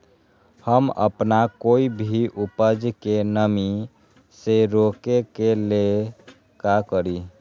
हम अपना कोई भी उपज के नमी से रोके के ले का करी?